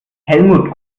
helmut